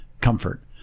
comfort